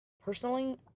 personally